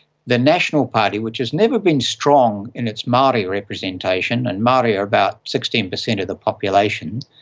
the national party, which has never been strong in its maori representation, and maori are about sixteen percent of the population,